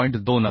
2 असेल